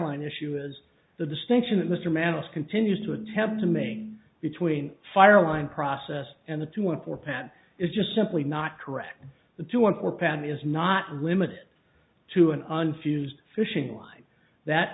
line issue is the distinction that mr manners continues to attempt to make between fire line process and the two one for pat is just simply not correct the two or pattern is not limited to an n fused fishing line that